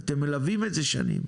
ואתם מלווים את זה שנים,